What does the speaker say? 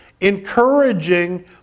encouraging